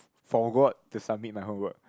forgot to submit my homework